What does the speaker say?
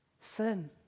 Sin